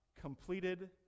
completed